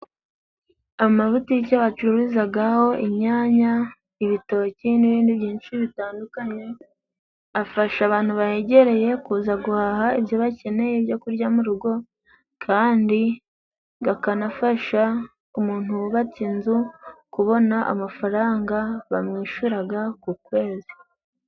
Amabutike bacuruzagaho inyanya, ibitoki n'ibindi bintu byinshi bitandukanye, afasha abantu begereye kuza guhaha ibyo bakeneye ibyo kurya mu rugo kandi gakanafasha umuntu wubatse inzu, kubona amafaranga bamwishyuraga ku kwezi.